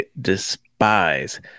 despise